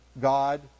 God